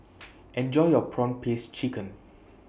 Enjoy your Prawn Paste Chicken